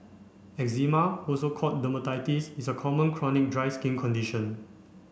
eczema also called dermatitis is a common chronic dry skin condition